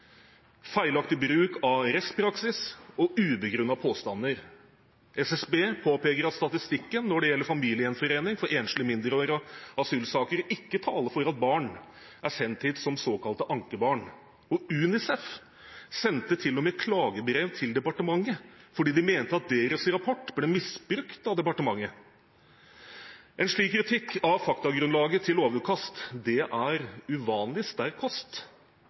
feilaktig bruk av rettspraksis og ubegrunnede påstander. SSB påpeker at statistikken når det gjelder familiegjenforening for enslige mindreårige asylsøkere, ikke taler for at barn er sendt hit som såkalte ankerbarn, og UNICEF sendte til og med klagebrev til departementet fordi de mente at deres rapport ble misbrukt av departementet. En slik kritikk av faktagrunnlaget til lovutkast er uvanlig sterk kost,